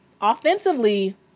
offensively